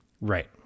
Right